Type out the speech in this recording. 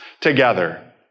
together